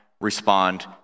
respond